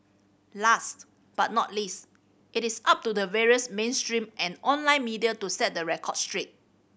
last but not least it is up to the various mainstream and online media to set the record straight